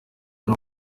ari